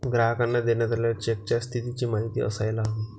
ग्राहकांना देण्यात आलेल्या चेकच्या स्थितीची माहिती असायला हवी